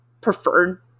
preferred